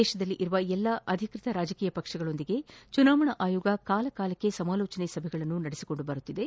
ದೇತದಲ್ಲಿರುವ ಎಲ್ಲಾ ಅಧಿಕೃತ ರಾಜಕೀಯ ಪಕ್ಷಗಳೊಂದಿಗೆ ಚುನಾವಣಾ ಆಯೋಗ ಕಾಲ ಕಾಲಕ್ಷೆ ಸಮಾಲೋಚನಾ ಸಭೆಗಳನ್ನು ನಡೆಸಿಕೊಂಡು ಬರುತ್ತಿದೆ